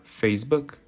Facebook